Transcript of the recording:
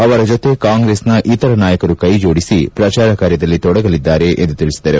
ಅವರ ಜೊತೆ ಕಾಂಗ್ರೆಸ್ನ ಇತರ ನಾಯಕರು ಕೈಜೋಡಿಸಿ ಪ್ರಚಾರ ಕಾರ್ಯದಲ್ಲಿ ತೊಡಗಲಿದ್ದಾರೆ ಎಂದು ತಿಳಿಸಿದರು